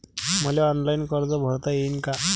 मले ऑनलाईन कर्ज भरता येईन का?